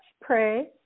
pray